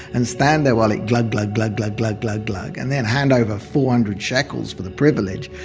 and stand there while it glug glug glug glug glug glug glug, and then handover four hundred shekels for the privilege.